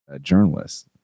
journalists